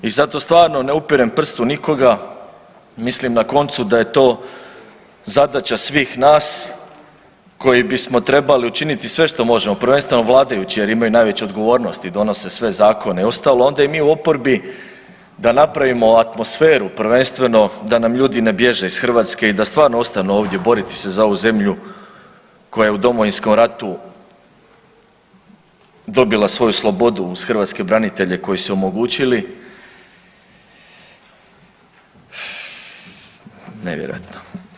I zato stvarno ne upirem prst u nikoga, mislim na koncu da je to zadaća svih nas koji bismo trebali učiniti sve što možemo, prvenstveno vladajući jer imaju najveću odgovornost i donose sve zakone i ostalo, a onda i mi u oporbi da napravimo atmosferu prvenstveno da nam ljudi ne bježe iz Hrvatske i da stvarno ostanu ovdje boriti se za ovu zemlju koja je u Domovinskom ratu dobila svoju slobodu uz hrvatske branitelje koji su omogućili, nevjerojatno.